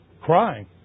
crying